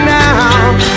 now